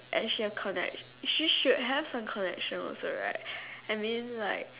as she connection she should have a connection also right I mean like